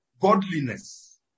godliness